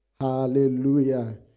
Hallelujah